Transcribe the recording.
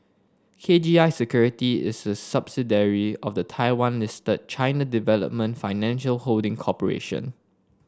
K G I Security is a of the Taiwan listed China Development Financial Holding Corporation